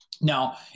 Now